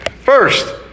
First